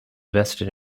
vested